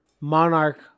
Monarch